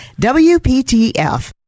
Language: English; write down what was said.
WPTF